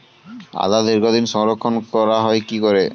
আদা দীর্ঘদিন সংরক্ষণ করা হয় কি করে?